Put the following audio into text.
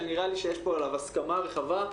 שנראה לי שיש פה עליו הסכמה רחבה,